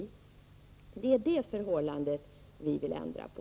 Det är det här förhållandet vi vill ändra på.